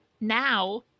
now